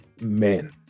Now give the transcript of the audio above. men